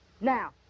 now